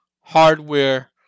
hardware